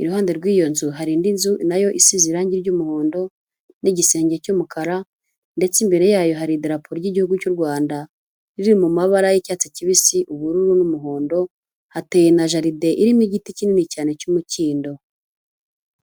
iruhande rw'iyo nzu hari indi nzu nayo isize irangi ry'umuhondo n'igisenge cy'umukara ndetse imbere yayo hari idarapo ry'igihugu cy'u Rwanda riri mu mabara y'icyatsi kibisi ubururu n'umuhondo hateye na jalide irimo igiti kinini cyane cy'umukindo.